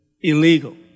illegal